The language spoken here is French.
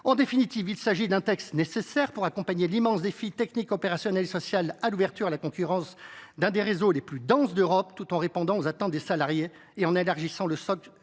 En définitive, il s’agit d’un texte nécessaire pour accompagner l’immense défi technique, opérationnel et social de l’ouverture à la concurrence de l’un des réseaux les plus denses d’Europe, tout en répondant aux attentes des salariés et en élargissant le socle